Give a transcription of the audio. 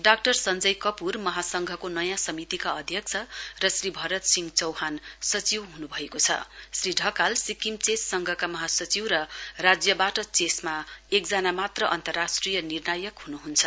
doctor Sanjay Kapoor महासंघको नयाँ समितिका अध्यक्ष र श्री भरत सिहं चौहान सचिव हनुभएको छ श्री ढकाल सिक्किम चेस संघका महासचिव र राज्यबाट एकजना मात्र अन्तर्राष्ट्रिय निर्णायक हुनुहुन्छ